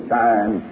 time